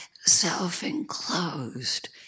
self-enclosed